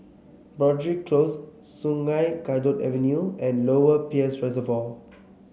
Broadrick Close Sungei Kadut Avenue and Lower Peirce Reservoir